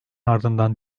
ardından